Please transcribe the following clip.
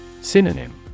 Synonym